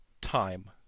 time